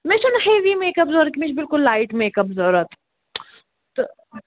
مےٚ چھُنہٕ heavy makeup ضروٗرت مےٚ چھِ بِلکُل لایِٹ میک اَپ ضروٗرت تہٕ